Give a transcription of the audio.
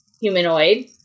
humanoid